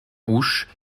ouche